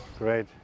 Great